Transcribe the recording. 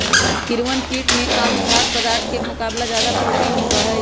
कीड़वन कीट में आम खाद्य पदार्थ के मुकाबला ज्यादा प्रोटीन होबा हई